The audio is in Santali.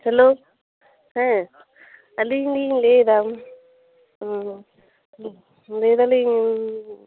ᱦᱮᱞᱳ ᱦᱮᱸ ᱟᱹᱞᱤᱧ ᱞᱤᱧ ᱞᱟᱹᱭᱮᱫᱟ ᱞᱟᱹᱭ ᱮᱫᱟᱞᱤᱧ